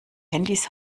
handys